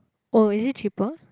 oh is it cheaper